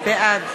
בעד